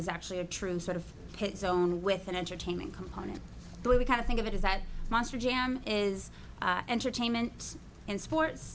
is actually a true sort of hit zone with an entertainment component but we kind of think of it is that monster jam is entertainment and sports